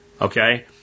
Okay